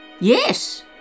Yes